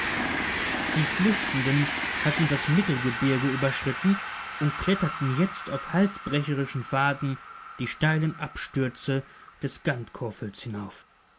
die flüchtenden hatten das mittelgebirge überschritten und kletterten jetzt auf halsbrecherischen pfaden die steilen abstürze des gantkofels hinauf